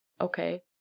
Okay